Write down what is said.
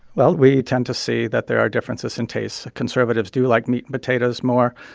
well, we tend to see that there are differences in tastes. conservatives do like meat and potatoes more.